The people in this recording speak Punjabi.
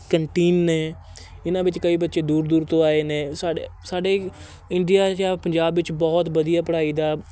ਕੰਟੀਨ ਨੇ ਇਹਨਾਂ ਵਿੱਚ ਕਈ ਬੱਚੇ ਦੂਰ ਦੂਰ ਤੋਂ ਆਏ ਨੇ ਸਾਡੇ ਸਾਡੇ ਇੰਡੀਆ ਜਾਂ ਪੰਜਾਬ ਵਿੱਚ ਬਹੁਤ ਵਧੀਆ ਪੜ੍ਹਾਈ ਦਾ